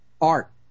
Art